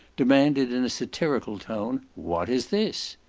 demanded in a satirical tone, what is this?